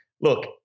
look